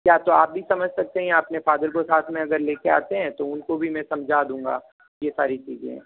या तो आप भी समझ सकते हैं और अपने फादर को साथ में अगर लेकर आते हैं तो उनको भी मैं समझा दूंगा ये सारी चीज़ें